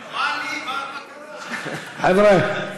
מה, חבר'ה,